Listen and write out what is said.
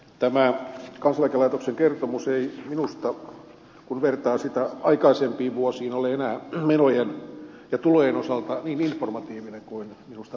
tämä kansaneläkelaitoksen kertomus ei minusta kun vertaa sitä aikaisempiin vuosiin ole enää menojen ja tulojen osalta niin informatiivinen kuin pitäisi